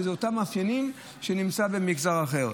שאלה אותם מאפיינים שנמצאים במגזר האחר.